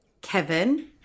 Kevin